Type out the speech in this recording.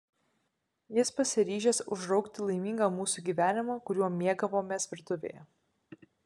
jis pasiryžęs užraukti laimingą mūsų gyvenimą kuriuo mėgavomės virtuvėje